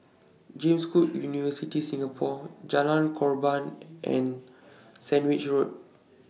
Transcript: James Cook University Singapore Jalan Korban and Sandwich Road